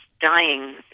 dying